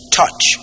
touch